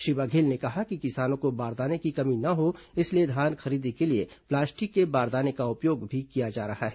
श्री बधेल ने कहा कि किसानों को बारदाने की कमी न हो इसलिए धान खरीदी के लिए प्लास्टिक के बारदाने का उपयोग भी किया जा रहा है